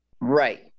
Right